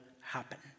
happen